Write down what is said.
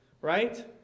right